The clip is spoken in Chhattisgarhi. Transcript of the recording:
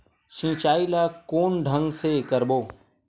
सिंचाई ल कोन ढंग से करबो?